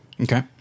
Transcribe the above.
Okay